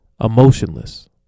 emotionless